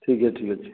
ଠିକ୍ ଅଛି ଠିକ୍ ଅଛି